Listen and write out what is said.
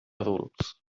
adults